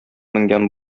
менгән